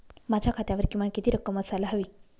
माझ्या खात्यावर किमान किती रक्कम असायला हवी?